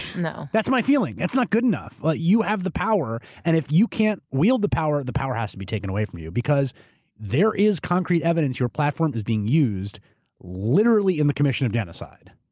no. that's my feeling. it's not good enough. but you have the power and if you can't wield the power. the power has to be taken away from you. because there is concrete evidence your platform is being used literally in the commission of genocide.